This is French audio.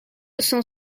cent